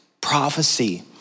prophecy